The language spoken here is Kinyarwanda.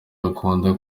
akunda